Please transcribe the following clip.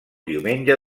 diumenge